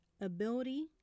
ability